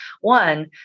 one